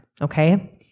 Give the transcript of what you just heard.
okay